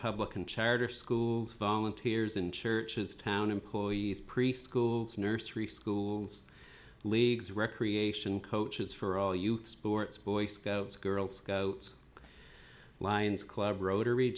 public and charter schools volunteers in churches town employees preschools nursery schools leagues recreation coaches for all youth sports boy scouts girl scouts lion's club rotary